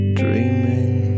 dreaming